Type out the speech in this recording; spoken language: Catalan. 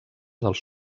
dels